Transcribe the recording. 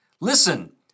Listen